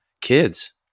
kids